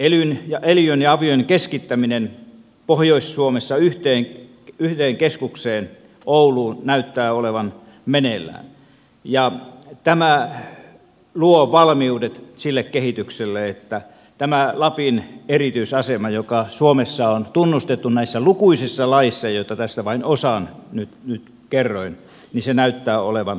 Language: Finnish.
elyjen ja avien keskittäminen pohjois suomessa yhteen keskukseen ouluun näyttää olevan meneillään ja tämä luo valmiudet sille kehitykselle että tämä lapin erityisasema joka suomessa on tunnustettu näissä lukuisissa laeissa joista vain osan nyt kerroin näyttää olevan päättymässä